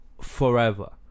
Forever